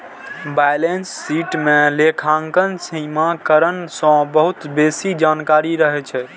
balance sheet मे लेखांकन समीकरण सं बहुत बेसी जानकारी रहै छै